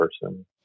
person